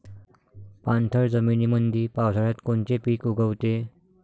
पाणथळ जमीनीमंदी पावसाळ्यात कोनचे पिक उगवते?